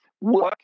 work